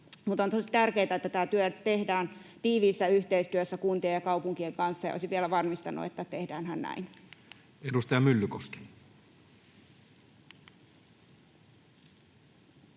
mutta on tosi tärkeätä, että tämä työ tehdään tiiviissä yhteistyössä kuntien ja kaupunkien kanssa. Olisin vielä varmistanut, tehdäänhän näin. Edustaja Myllykoski.